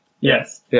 Yes